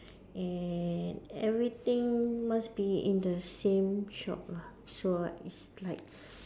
and everything must be in the same shop lah so it's like